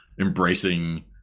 embracing